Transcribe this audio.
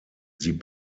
sie